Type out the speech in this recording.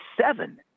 seven